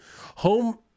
home